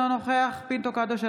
אינו נוכח שירלי פינטו קדוש,